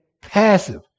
passive